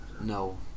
No